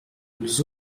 nous